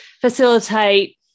facilitate